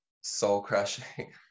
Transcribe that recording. soul-crushing